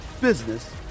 business